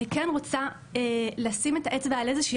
אני כן רוצה לשים את האצבע על איזושהי